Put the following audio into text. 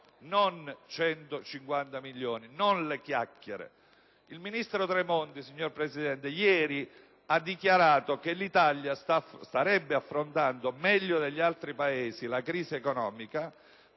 non 150 milioni, altrimenti sono chiacchiere. Il ministro Tremonti, signora Presidente, ieri ha dichiarato che l'Italia starebbe affrontando meglio degli altri Paesi la crisi economica